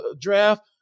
draft